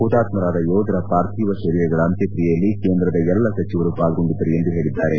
ಹುತಾತ್ಮರಾದ ಯೋಧರ ಪಾರ್ಥಿವ ಶರೀರಗಳ ಅಂತ್ಯಕ್ತಿಯೆಯಲ್ಲಿ ಕೇಂದ್ರದ ಎಲ್ಲ ಸಚಿವರು ಪಾಲ್ಗೊಂಡಿದ್ದರು ಎಂದು ಹೇಳಿದ್ದಾರೆ